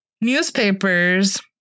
Newspapers